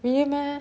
really meh